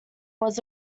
was